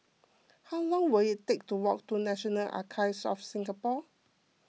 how long will it take to walk to National Archives of Singapore